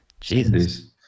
jesus